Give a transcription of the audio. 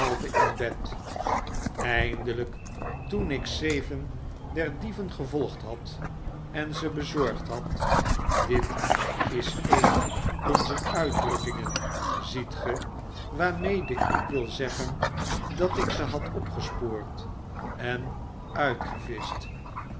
in bed eindelyk toen ik zeven der dieven gevolgd had en ze bezorgd had dit is een onzer uitdrukkingen ziet ge waarmede ik wil zeggen dat ik ze had opgespoord en